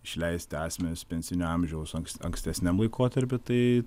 išleisti asmenis pensinio amžiaus ankstesniam laikotarpiui tai